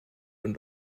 und